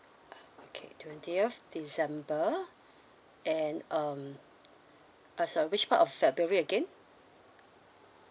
ah okay twentieth december and um uh sorry which part of february again